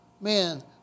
Man